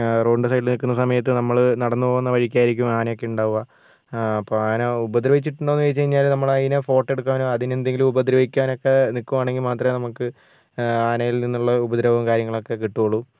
റോഡിൻ്റെ സൈഡിൽ നിൽക്കുന്ന സമയത്ത് നമ്മൾ നടന്ന് പോകുന്ന വഴിക്കായിരിക്കും ആനയൊക്കെ ഉണ്ടാവുക അപ്പം ആന ഉപദ്രവിച്ചിട്ടുണ്ടോന്ന് ചോദിച്ച് കഴിഞ്ഞാൽ നമ്മൾ അതിനെ ഫോട്ടോ എടുക്കാനോ അതിനെ എന്തെങ്കിലും ഉപദ്രവിക്കാനൊക്കെ നിൽക്കുവാണെങ്കിൽ മാത്രമേ നമുക്ക് ആനയിൽനിന്നുള്ള ഉപദ്രവോം കാര്യങ്ങളുവൊക്കെ കിട്ടുവുള്ളു